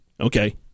Okay